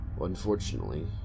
Unfortunately